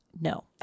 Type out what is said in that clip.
no